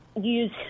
use